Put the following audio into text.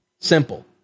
Simple